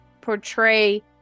portray